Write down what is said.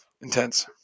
intense